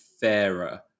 fairer